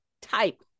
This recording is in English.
type